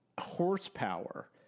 horsepower